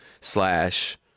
slash